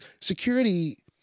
security